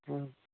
ହଉ